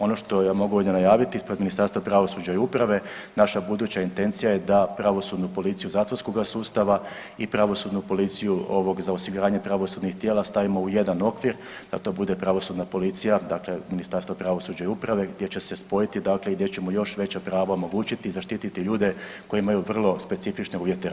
Ono što ja ovdje mogu najaviti ispred Ministarstva pravosuđa i uprave naša buduća intencija je da pravosudnu policiju zatvorskoga sustava i pravosudnu policiju ovog za osiguranje pravosudnih tijela stavimo u jedan okvir, da to bude pravosudna policija, dakle Ministarstva pravosuđa i uprave, gdje će se spojiti dakle i gdje ćemo još veća prava omogućiti i zaštititi ljude koji imaju vrlo specifične uvjete rada.